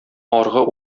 аргы